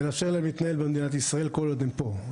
לאפשר להם להתנהל במדינת ישראל כל עוד הם פה.